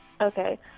Okay